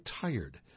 tired